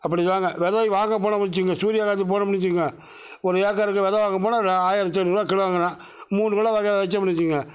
அப்படிதாங்க விதை வாங்க போனோமுன்னு வைச்சுக்கங்க சூரியகாந்தி போனமுன்னு வச்சுக்கங்க ஒரு ஏக்கருக்கு விதை வாங்க போனால் ஆயிரத்து ஐநூறு ரூபா கிலோங்கிறான் மூணு கிலோ வாங்கிறோம்ன்னு வைச்சுக்கங்க